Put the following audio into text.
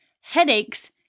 headaches